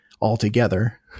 altogether